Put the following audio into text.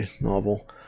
novel